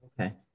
Okay